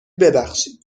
ببخشید